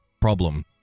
problem